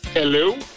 Hello